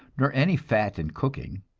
nor any fat in cooking.